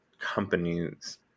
companies